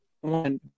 one